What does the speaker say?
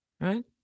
right